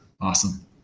Awesome